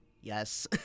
Yes